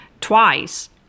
twice